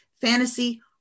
fantasy